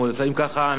אם ככה,